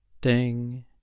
Ding